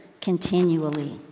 continually